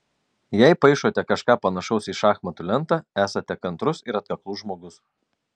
jei paišote kažką panašaus į šachmatų lentą esate kantrus ir atkaklus žmogus